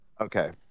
Okay